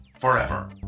forever